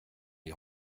les